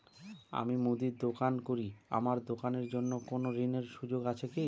আমি মুদির দোকান করি আমার দোকানের জন্য কোন ঋণের সুযোগ আছে কি?